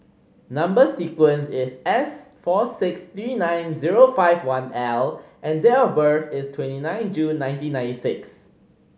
number sequence is S four six three nine zero five one L and date of birth is twenty nine June nineteen ninety six